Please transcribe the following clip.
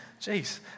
Jeez